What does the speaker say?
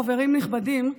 חברים נכבדים,